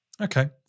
Okay